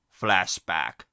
flashback